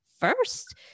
first